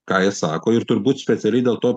ką jie sako ir turbūt specialiai dėl to